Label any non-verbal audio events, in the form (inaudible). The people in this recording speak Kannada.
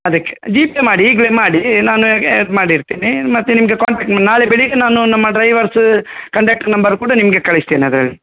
ಅದಕ್ಕೆ ಜಿ ಪೇ ಮಾಡಿ ಈಗಲೆ ಮಾಡಿ ನಾನು (unintelligible) ಮಾಡಿರ್ತೀನಿ ಮತ್ತೆ ನಿಮಗೆ ಕಾಲ್ (unintelligible) ನಾಳೆ ಬೆಳಿಗ್ಗೆ ನಾನು ನಮ್ಮ ಡ್ರೈವರ್ಸ್ ಕಂಡೆಕ್ಟ್ರ್ ನಂಬರ್ ಕೂಡ ನಿಮಗೆ ಕಳಿಸ್ತೇನೆ ಅದರಲ್ಲಿ